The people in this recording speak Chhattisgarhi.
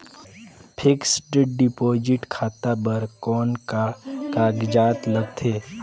फिक्स्ड डिपॉजिट खाता बर कौन का कागजात लगथे?